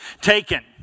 taken